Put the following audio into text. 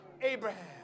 Abraham